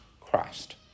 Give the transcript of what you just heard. Christ